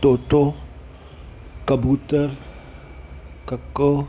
तोतो कबूतर कको